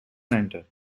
center